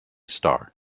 star